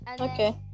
okay